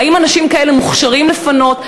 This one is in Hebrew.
האם אנשים כאלה מוכשרים לפנות?